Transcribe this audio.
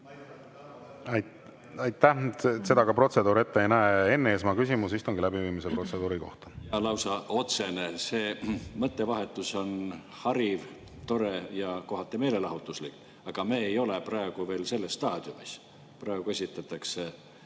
Aitäh! Seda meie protseduur ette ei näe. Enn Eesmaa, küsimus istungi läbiviimise protseduuri kohta. Jah, lausa otsene. See mõttevahetus on hariv, tore ja kohati meelelahutuslik, aga me ei ole praegu veel selles staadiumis. Praegu esitatakse